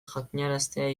jakinaraztea